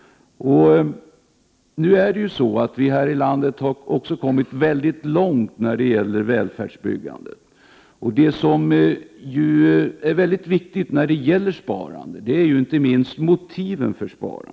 Nu har vi ju kommit mycket långt när det gäller välfärdsbyggandet. Det viktiga när det gäller sparande är inte minst motiven.